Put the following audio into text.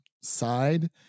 side